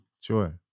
sure